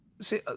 see